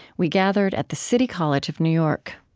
we gathered at the city college of new york